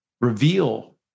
reveal